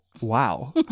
Wow